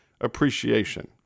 appreciation